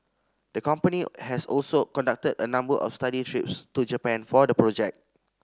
the company has also conducted a number of study trips to Japan for the project